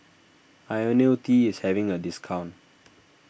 Ionil T is having a discount